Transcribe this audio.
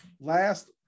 last